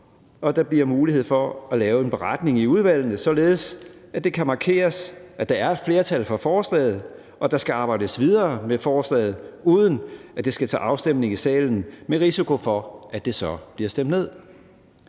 at der bliver mulighed for at lave en beretning i udvalget, således at det kan markeres, at der er et flertal for forslaget og der skal arbejdes videre med forslaget, uden at det skal til afstemning i salen med risiko for, at det så bliver stemt ned.